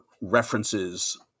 references